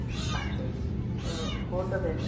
اَچھا حظ hotel eight